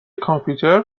کامپیوتر